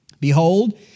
Behold